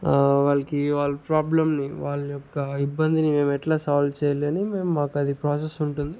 వాళ్లకి వాళ్ల ప్రాబ్లమ్ని వాళ్ళ యొక్క ఇబ్బందిని మేం ఎట్లా సాల్వ్ చేయాలని మేం మాకది ప్రాసెస్ ఉంటుంది